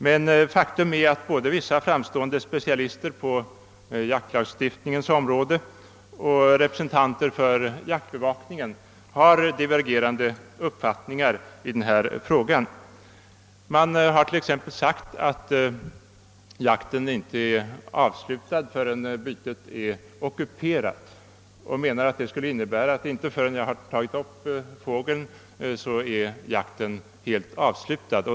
Men faktum är att både vissa framstående specialister på jaktlagstiftningens område och representanter för jaktbevakningen har divergerande uppfattningar i denna fråga. Man har t.ex. sagt att jakten inte är avslutad förrän bytet är ockuperat och menar att det skulle innebära, att inte förrän man har tagit upp fågeln är jakten helt avslutad.